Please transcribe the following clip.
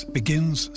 begins